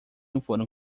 foram